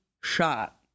shot